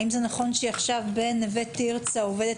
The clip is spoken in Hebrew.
האם זה נכון שעכשיו בנווה תרצה היא עובדת